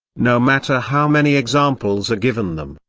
no matter how many examples are given them,